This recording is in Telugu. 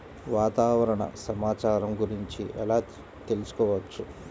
వాతావరణ సమాచారం గురించి ఎలా తెలుసుకోవచ్చు?